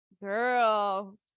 girl